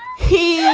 he